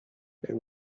they